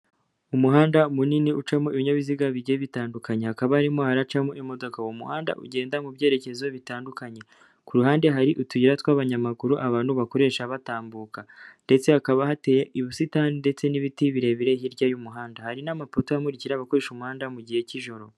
Umuhanda munini ucamo ibinyabiziga bigiye bitandukanye. Hakaba harimo haracamo imodoka. Uwo muhanda ugenda mu byerekezo bitandukanye. Ku ruhande hari utuyira tw'abanyamaguru abantu bakoresha batambuka. Ndetse hakaba hateye ubusitani, ndetse n'ibiti birebire hirya y'umuhanda. Hari n'amapoto amurikira abakoresha umuhanda mu gihe cy'ijoro.